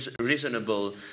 reasonable